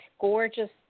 gorgeous